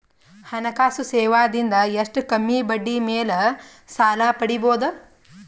ಹಣಕಾಸು ಸೇವಾ ದಿಂದ ಎಷ್ಟ ಕಮ್ಮಿಬಡ್ಡಿ ಮೇಲ್ ಸಾಲ ಪಡಿಬೋದ?